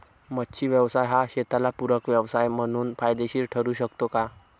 मच्छी व्यवसाय हा शेताला पूरक व्यवसाय म्हणून फायदेशीर ठरु शकतो का?